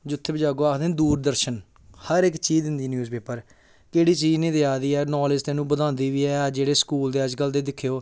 जित्थें बी जाह्गे आखदे नी दूरदर्शन हर इक चीज दिंदी न्यूज़ पेपर केह्ड़ी चीज़ निं देआ दी ऐ नॉलेज थाह्नूं बधांदी बी ऐ जेह्ड़े स्कूल दे अज्ज कल दे दिक्खेओ